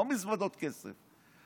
לא מזוודות כסף,